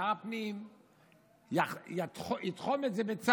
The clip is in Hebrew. ששר הפנים יתחם את זה בצו.